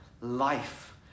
life